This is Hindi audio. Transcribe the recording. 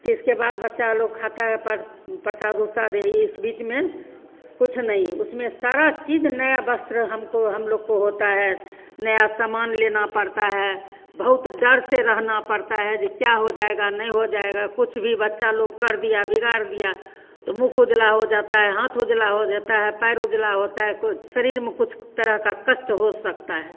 तो इसके बाद बच्चा लोग खाता है पर प्रसाद उरसाद यही इस बीच में कुछ नहीं उसमें सारा चीज़ नया वस्त्र हमको हमलोग को होता है नया सामान लेना पड़ता है बहुत डर से रहना पड़ता है जो क्या हो जाएगा नहीं हो जाएगा कुछ भी बच्चा लोग कर दिया बिगाड़ दिया तो मुख उजला हो जाता है हाथ उजला हो जाता है पैर उजला होता है कुछ शरीर में कुछ तरह का कष्ट हो सकता है